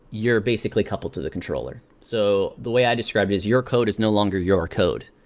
you're basically coupled to the controller. so the way i describe it is your code is no longer your code.